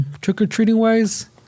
trick-or-treating-wise